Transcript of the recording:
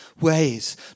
ways